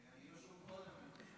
אני רשום קודם.